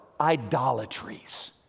idolatries